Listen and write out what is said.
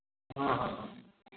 हँ हँ